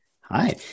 Hi